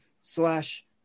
slash